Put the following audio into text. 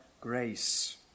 grace